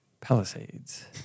palisades